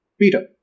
Peter